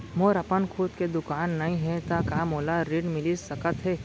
मोर अपन खुद के दुकान नई हे त का मोला ऋण मिलिस सकत?